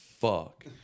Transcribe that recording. fuck